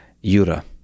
Yura